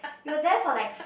you were there for like